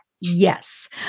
Yes